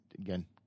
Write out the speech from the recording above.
Again